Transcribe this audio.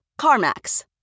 CarMax